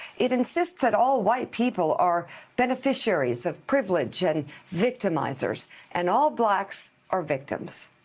it insists that all white people are beneficiaries of privilege and victimizers and all blacks are victims.